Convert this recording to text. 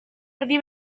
erdi